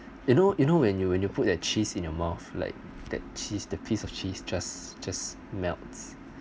you know you know when you when you put a cheese in your mouth like that cheese the piece of cheese just just melts